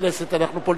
אנחנו פוליטיקאים.